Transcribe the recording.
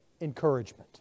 encouragement